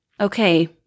okay